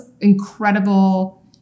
incredible